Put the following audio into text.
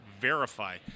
verify